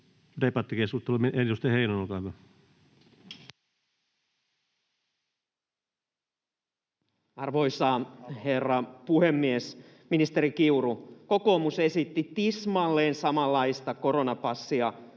Arvoisa herra puhemies! Ministeri Kiuru, kokoomus esitti tismalleen samanlaista koronapassia